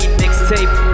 mixtape